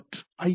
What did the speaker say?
kgp